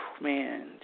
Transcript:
Man